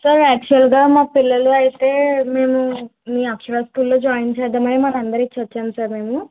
sir actual గా మా పిల్లలు అయితే మేము మీ అక్షర స్కూల్ లో జాయిన్ చేద్దామని వరంగల్ నుంచి వచ్చాం సార్ మేము